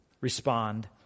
respond